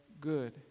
good